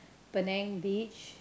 Penang beach